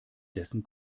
dessen